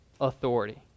authority